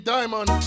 Diamond